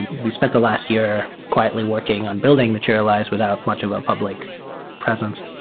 we've spent the last year quietly working on building materialize without much of a public presence.